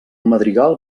madrigal